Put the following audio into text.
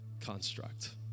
construct